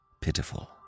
pitiful